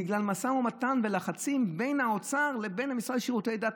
בגלל משא ומתן ולחצים בין האוצר לבין המשרד לשירותי דת.